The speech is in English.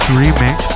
remix